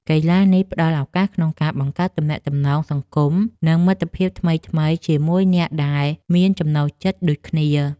កីឡានេះផ្ដល់ឱកាសក្នុងការបង្កើតទំនាក់ទំនងសង្គម និងមិត្តភាពថ្មីៗជាមួយអ្នកដែលមានចំណូលចិត្តដូចគ្នា។